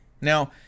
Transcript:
Now